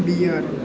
बीह् ज्हार